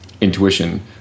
intuition